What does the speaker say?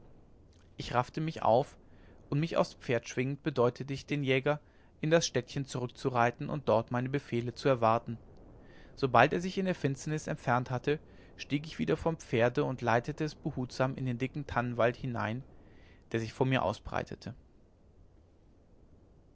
ich raffte mich auf und mich aufs pferd schwingend bedeutete ich den jäger in das städtchen zurückzureiten und dort meine befehle zu erwarten sobald er sich in der finsternis entfernt hatte stieg ich wieder vom pferde und leitete es behutsam in den dicken tannenwald hinein der sich vor mir ausbreitete